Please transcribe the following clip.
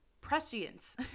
Prescience